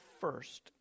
first